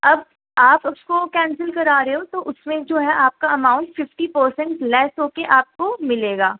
اب آپ اس کو کینسل کرا رہے ہو تو اس میں جو ہے آپ کا اماؤنٹ ففٹی پرسینٹ لیس ہو کے آپ کو ملے گا